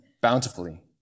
bountifully